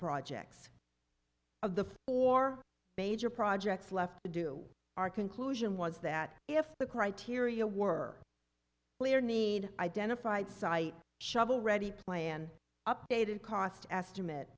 projects of the four major projects left to do our conclusion was that if the criteria were clear need identified site shovel ready plan updated cost estimate